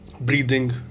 breathing